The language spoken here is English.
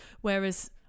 whereas